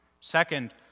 Second